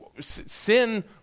sin